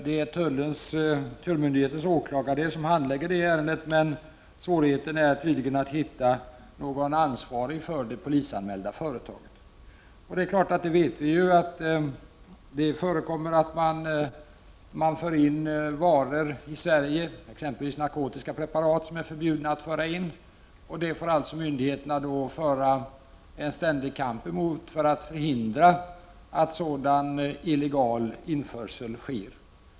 Det är tullmyndighetens åklagare som handlägger det ärendet, men svårigheten är tydligen att hitta någon som är ansvarig för det polisanmälda företaget. Vi vet att det förekommer införsel i Sverige av exempelvis narkotiska preparat som inte får föras in, och myndigheterna för en ständig kamp för att förhindra att sådan illegal införsel sker.